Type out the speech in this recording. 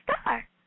Star